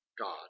God